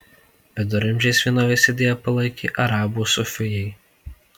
viduramžiais vienovės idėją palaikė arabų sufijai